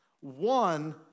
one